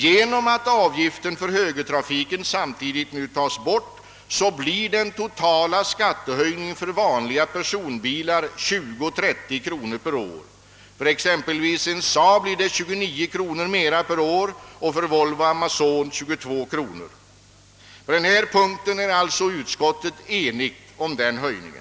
Genom att avgiften för omläggningen till högertrafik samtidigt tas bort utgör den totala skattehöjningen för vanliga personbilar 20—30 kronor per år. För Saab blir det t.ex. 29 kronor mer per år och för Volvo Amazon 22 kronor. Utskottet är enigt om denna höjning.